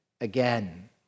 again